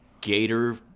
gator